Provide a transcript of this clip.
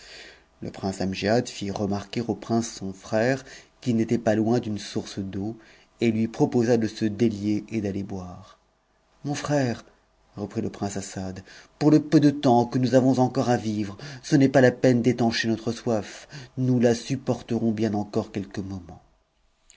n amgiad fit remarquer au prince son frère qu'ils n'étaient pas loin source d'eau et lui proposa de se détier et d'aller boire mon ft o'c reprit le prince assad pour le peu de temps que nous avons cncon à vivre ce n'est pas la peine d'étancher notre soif nous la supporterons bien encore quelques moments